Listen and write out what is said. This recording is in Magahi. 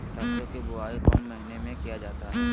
सरसो की बोआई कौन महीने में किया जाता है?